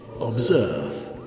Observe